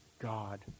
God